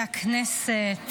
ועל זה כנראה כל הטרוניה.